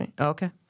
Okay